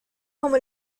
como